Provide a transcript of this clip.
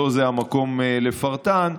שלא זה המקום לפרטן,